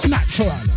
Natural